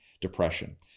depression